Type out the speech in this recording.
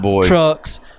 trucks